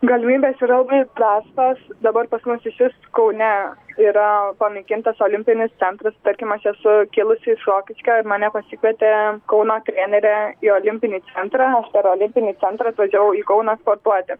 galimybės yra labai prastos dabar pas mus išvis kaune yra panaikintas olimpinis centras tarkim aš esu kilusi iš rokiškio ir mane pasikvietė kauno trenerė į olimpinį centrą aš per olimpinį centrą atvažiavau į kauną sportuoti